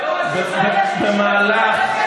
במהלך,